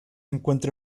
encuentra